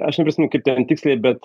aš neprisimenu kaip ten tiksliai bet